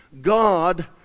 God